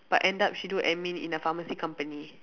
but end up she do admin in a pharmacy company